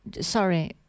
sorry